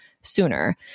sooner